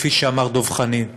כפי שאמר דב חנין,